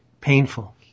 painful